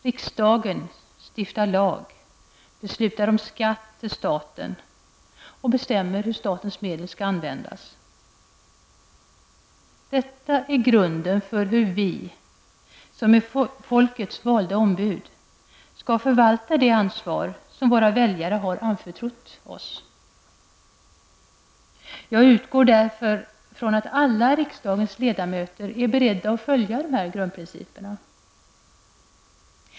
Riksdagen stiftar lag, beslutar om skatt till staten och bestämmer hur statens medel skall användas.'' Detta är grunden för hur vi, som är folkets valda ombud, skall förvalta det ansvar som våra väljare har anförtrott oss. Jag utgår därför från att alla riksdagens ledamöter är beredda att följa de här grundprinciperna.